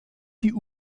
die